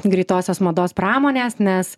greitosios mados pramonės nes